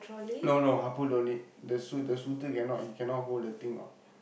no no Appu don't need the சூ ~ the சூத்து:suuththu cannot he cannot hold the thing all